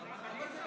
אני לא רוצה